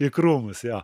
į krūmus jo